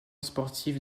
sportive